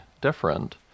different